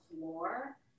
floor